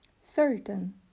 certain